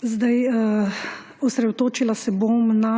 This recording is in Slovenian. kratka. Osredotočila se bom na